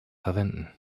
verwenden